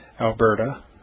Alberta